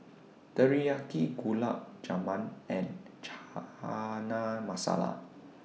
Teriyaki Gulab Jamun and Chana Masala